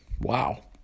Wow